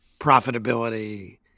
profitability